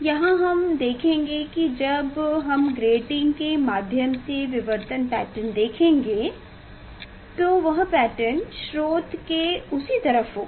यहां हम देखेंगे कि जब हम ग्रेटिंग के माध्यम से विवर्तन पैटर्न देखेंगे तो वह पैटर्न स्रोत के उसी तरफ होगा